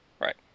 right